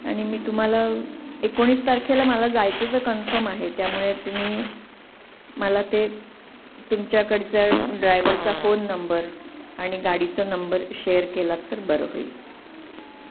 आणि मी तुम्हाला एकोणीस तारखेला मला जायचं तर कन्फम आहे त्यामुळे तुम्ही मला ते तुमच्याकडचं ड्रायवरचा फोन नंबर आणि गाडीचा नंबर शेअर केलात तर बरं होईल